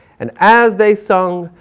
and as they sung,